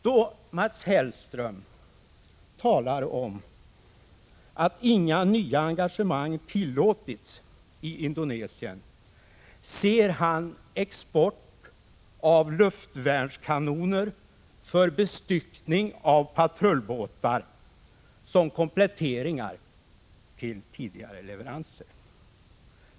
Då Mats Hellström talar om att inga nya engagemang tillåtits i Indonesien, ser han export av luftvärnskanoner för bestyckning av patrullbåtar som kompletteringar till tidigare leveranser.